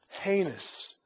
heinous